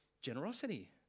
generosity